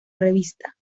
revista